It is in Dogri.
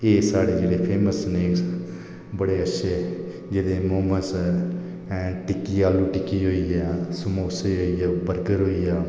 फ्ही साढ़े जेहड़े फैमस न बड़े अच्छे जेहड़े मौमस ना आलू टिक्की होई गेई जां समोसे जां बरगर होई गेआ